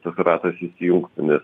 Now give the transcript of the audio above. tas ratas įsijungtų nes